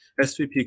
SVP